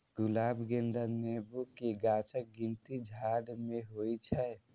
गुलाब, गेंदा, नेबो के गाछक गिनती झाड़ मे होइ छै